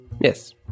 Yes